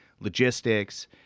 logistics